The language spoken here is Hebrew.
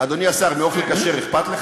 אני אהיה היושב-ראש, לתת לך